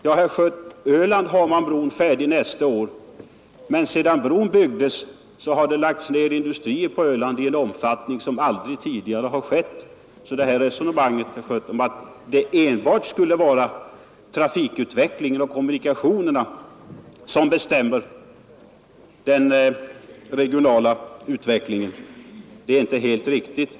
Ja, herr Schött, Ölandsbron står färdig nästa år — men sedan bron började byggas har det lagts ned industrier på Öland i en omfattning som aldrig tidigare. Så det här resonemanget, herr Schött, om att det enbart skulle vara trafikutvecklingen och kommunikationerna som bestämmer den regionala utvecklingen är inte helt riktigt.